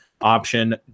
option